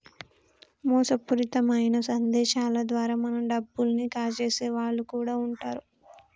మోసపూరితమైన సందేశాల ద్వారా మన డబ్బుల్ని కాజేసే వాళ్ళు కూడా వుంటరు